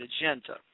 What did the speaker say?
agenda